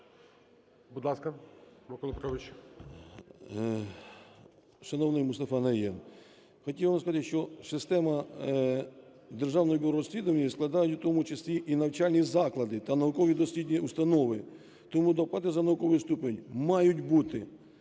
Шановний Мустафа Найєм, хотів вам сказати, що систему Державного бюро розслідувань складають в тому числі і навчальні заклади та науково-дослідні установи, тому доплати за науковий ступінь мають бути.